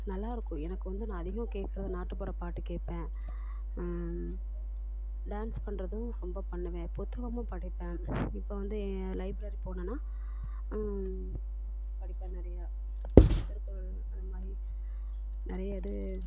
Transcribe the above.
நல்லா இருக்கும் எனக்கு வந்து நான் அதிகமாக கேட்கறது நாட்டுப்புற பாட்டு கேட்பேன் டான்ஸ் பண்ணுறதும் ரொம்ப பண்ணுவேன் புத்தகமும் படிப்பேன் இப்போ வந்து லைப்ரரி போனேன்னால் புக்ஸ் படிப்பேன் நிறையா திருக்குறள் அந்த மாதிரி நிறைய இது